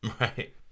Right